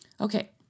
Okay